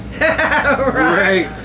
Right